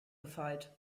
gefeit